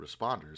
responders